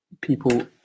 people